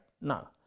No